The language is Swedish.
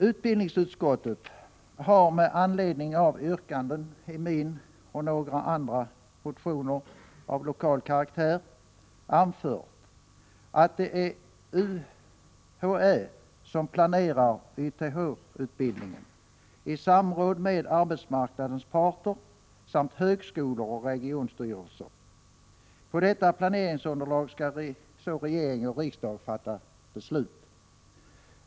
Utbildningsutskottet har med anledning av yrkanden i min motion och i några andra motioner av lokal karaktär anfört, att det är UHÄ som planerar YTH-utbildningen i samråd med arbetsmarknadens parter samt högskolor och regionstyrelser. På detta planeringsunderlag skall regering och riksdag fatta beslut.